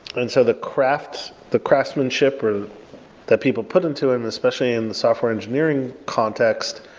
and so the craftsmanship the craftsmanship that people put into it and especially in the software engineering context,